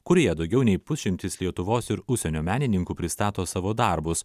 kurioje daugiau nei pusšimtis lietuvos ir užsienio menininkų pristato savo darbus